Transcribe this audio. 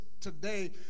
today